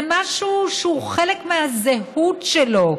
זה משהו שהוא חלק מהזהות שלו.